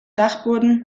dachboden